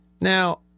Now